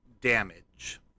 damage